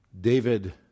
David